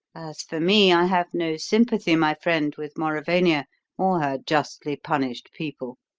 as for me, i have no sympathy, my friend, with mauravania or her justly punished people.